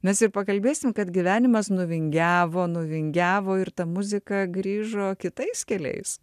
mes ir pakalbėsim kad gyvenimas nuvingiavo nuvingiavo ir ta muzika grįžo kitais keliais